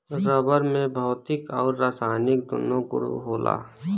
rubber में भौतिक आउर रासायनिक दून्नो गुण होला